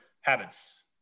habits